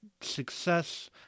success